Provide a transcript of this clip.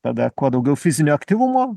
tada kuo daugiau fizinio aktyvumo